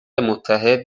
متحد